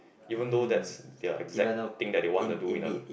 even though that's the exact thing they want to do in a